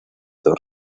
dos